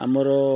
ଆମର